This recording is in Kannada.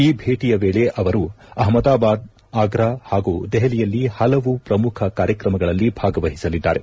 ಈ ಭೇಟಿಯ ವೇಳಿ ಅವರು ಅಹಮದಾಬಾದ್ ಆಗ್ರಾ ಹಾಗೂ ದೆಹಲಿಯಲ್ಲಿ ಹಲವು ಪ್ರಮುಖ ಕಾರ್ಯಕ್ರಮಗಳಲ್ಲಿ ಭಾಗವಹಿಸಲಿದ್ದಾರೆ